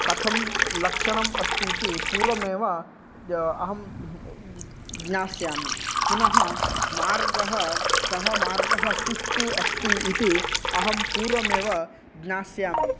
कथं लक्षणम् अस्ति इति पूर्वमेव अहं ज्ञास्यामि पुनः मार्गः कः मार्गः सुष्टु अस्ति इति अहं पूर्वमेव ज्ञास्यामि